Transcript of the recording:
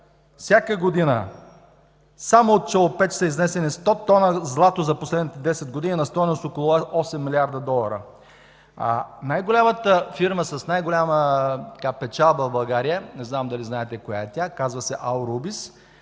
Всяка година само от Челопеч са изнесени 100 тона злато за последните 10 години на стойност около 8 млрд. долара. А най-голямата фирма, с най-голяма печалба в България – не знам дали знаете коя е тя – казва се „Аурубис”.